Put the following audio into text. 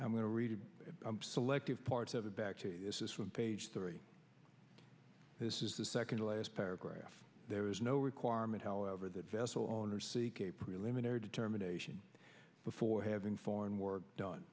i'm going to read selective parts of it back to this is from page three this is the second to last paragraph there is no requirement however that vessel owners seek a preliminary determination before having foreign work done